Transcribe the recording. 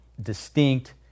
distinct